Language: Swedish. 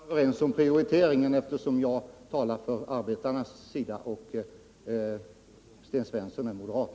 Herr talman! Jag förstår att vi inte kan vara överens om prioriteringen, eftersom jag företräder arbetarna och Sten Svensson är moderat.